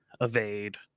evade